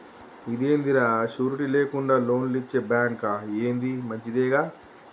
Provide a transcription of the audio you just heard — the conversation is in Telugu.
ఇదేందిరా, షూరిటీ లేకుండా లోన్లిచ్చే బాంకా, ఏంది మంచిదే గదా